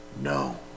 No